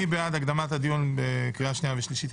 מי בעד הקדמת הדיון בקריאה שנייה ושלישית,